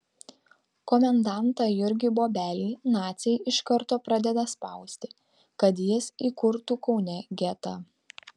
komendantą jurgį bobelį naciai iš karto pradeda spausti kad jis įkurtų kaune getą